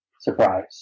surprise